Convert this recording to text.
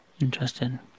Interesting